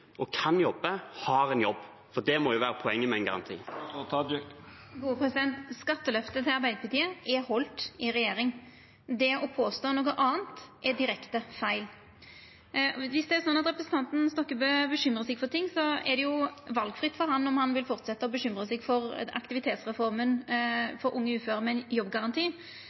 og kan jobbe, har en jobb? Det må jo være poenget med en garanti. Skatteløftet til Arbeidarpartiet er halde i regjering. Det å påstå noko anna er direkte feil. Om det er slik at representanten Stokkebø bekymrar seg for noko, er det valfritt for han om han vil fortsetja å bekymra seg for aktivitetsreforma for unge uføre med jobbgaranti.